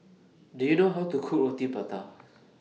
Do YOU know How to Cook Roti Prata